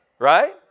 right